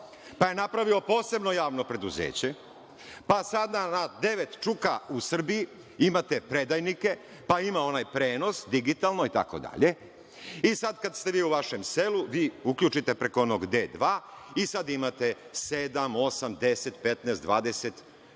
Pa je napravio posebno javno preduzeće, pa sada na devet čuka u Srbiji imate predajnike, pa ima onaj prenos digitalno itd. Sada kada ste vi u vašem selu, vi uključite preko onog D2 i sada imate sedam, osam,